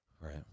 Right